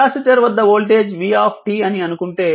capacitor వద్ద voltage v అని అనుకుంటే